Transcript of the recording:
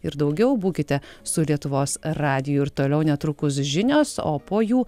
ir daugiau būkite su lietuvos radiju ir toliau netrukus žinios o po jų